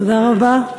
תודה רבה.